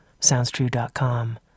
SoundsTrue.com